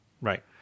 Right